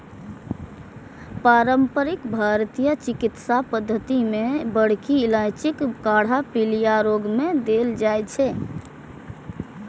पारंपरिक भारतीय चिकित्सा पद्धति मे बड़की इलायचीक काढ़ा पीलिया रोग मे देल जाइ छै